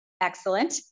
excellent